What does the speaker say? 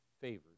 favored